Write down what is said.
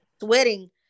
sweating